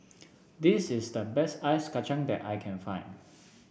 this is the best Ice Kachang that I can find